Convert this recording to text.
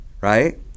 right